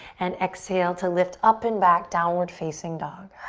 and exhale to lift up and back, downward facing dog.